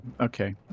Okay